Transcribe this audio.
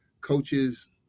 coaches